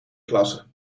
klasse